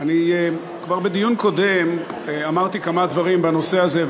אני כבר בדיון קודם אמרתי כמה דברים בנושא הזה,